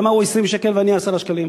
למה הוא 20 שקל ואני 10 שקלים?